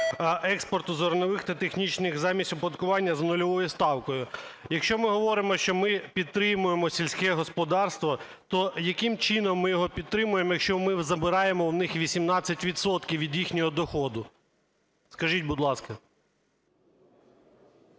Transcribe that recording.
експорту зернових та технічних замість оподаткування за нульовою ставкою". Якщо ми говоримо, що ми підтримуємо сільське господарство, то яким чином ми його підтримуємо, якщо ми забираємо в них 18 відсотків від їхнього доходу? Скажіть, будь ласка.